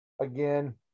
Again